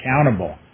accountable